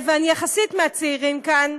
ואני יחסית מהצעירים כאן,